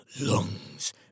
lungs